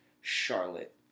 Charlotte